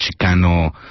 Chicano